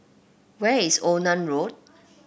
where is Onan Road